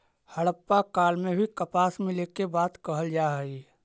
हड़प्पा काल में भी कपास मिले के बात कहल जा हई